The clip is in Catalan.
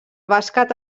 bàsquet